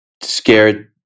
scared